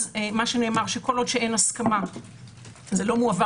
ונאמר שכל עוד אין הסכמה זה לא מועבר